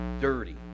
dirty